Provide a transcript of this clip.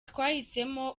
twahisemo